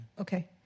Okay